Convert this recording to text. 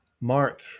Mark